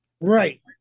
Right